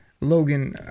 Logan